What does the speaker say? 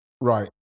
right